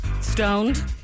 stoned